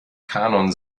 kanon